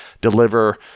deliver